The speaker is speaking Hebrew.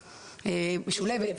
משולב,